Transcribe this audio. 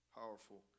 powerful